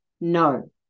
no